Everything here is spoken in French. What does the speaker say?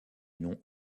noms